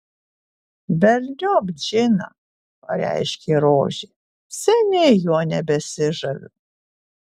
velniop džiną pareiškė rožė seniai juo nebesižaviu